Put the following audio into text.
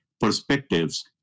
perspectives